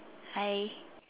hi